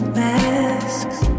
masks